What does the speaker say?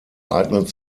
eignet